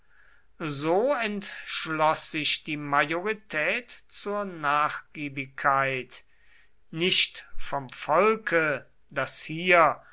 so entschloß sich die majorität zur nachgiebigkeit nicht vom volke das hier